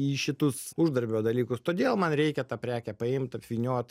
į šitus uždarbio dalykus todėl man reikia tą prekę paimt apvyniot